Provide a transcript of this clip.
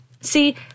See